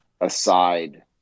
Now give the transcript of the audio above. aside